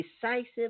decisive